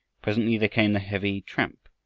presently there came the heavy tramp,